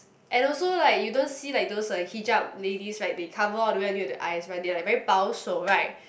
and also like you don't see like those hijab ladies right they cover all the ways until the eyes right they are like very 保守 right